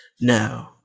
no